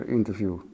interview